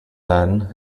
then